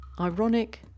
ironic